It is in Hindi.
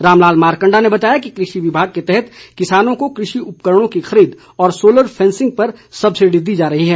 रामलाल मारकंडा ने बताया कि कृषि विभाग के तहत किसानों को कृषि उपकरणों की खरीद और सोलर फैंसिंग पर सब्सिडी दी जा रही है